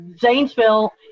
Zanesville